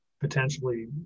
potentially